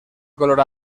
color